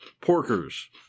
Porkers